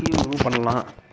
ஈவினிங்கும் பண்ணலாம்